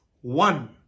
one